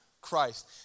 Christ